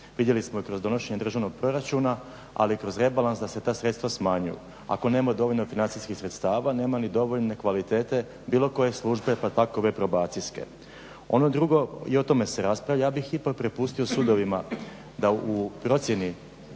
Vidjeli smo i kroz donošenje državnog proračuna, ali i kroz rebalans da se ta sredstva smanjuju. Ako nema dovoljno financijskih sredstava, nema ni dovoljne kvalitete bilo koje službe, pa tako i ove probacijske. Ono drugo i o tome se raspravlja ja bih ipak prepustio sudovima da u procjeni